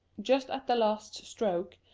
just at the last stroke,